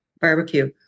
barbecue